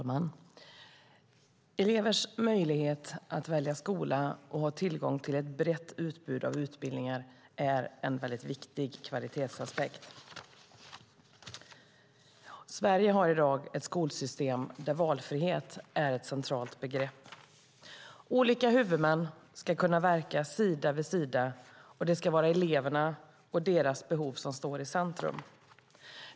Fru talman! Elevers möjlighet att välja skola och ha tillgång till ett brett utbud av utbildningar är en mycket viktig kvalitetsaspekt. Sverige har i dag ett skolsystem där valfrihet är ett centralt begrepp. Olika huvudmän ska kunna verka sida vid sida, och det ska vara eleverna och deras behov som står i centrum.